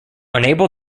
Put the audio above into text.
unable